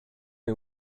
med